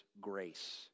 Grace